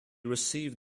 received